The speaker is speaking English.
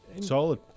Solid